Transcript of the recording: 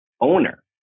owner